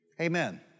amen